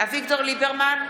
אביגדור ליברמן,